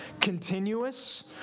continuous